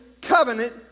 covenant